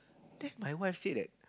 then my wife say that